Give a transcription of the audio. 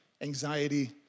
anxiety